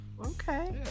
okay